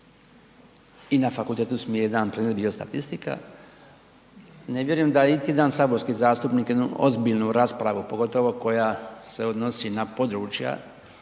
i na fakultetu mi je jedan predmet bio statistika. Ne vjerujem da iti jedan saborski zastupnik jednu ozbiljnu raspravu pogotovo koja se odnosi na područja